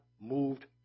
moved